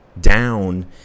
down